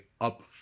up